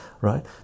right